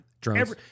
Drones